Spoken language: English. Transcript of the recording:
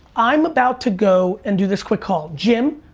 i'm about to go and do this quick call. jim,